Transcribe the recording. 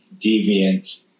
deviant